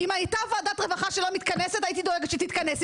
אם הייתה ועדת רווחה שלא מתכנסת הייתי דואגת שתתכנס,